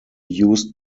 used